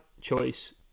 choice